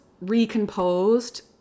recomposed